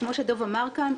כפי שדב צ'רניחובסקי אמר כאן,